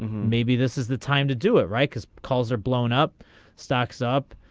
maybe this is the time to do it right because calls are blown up stocks up.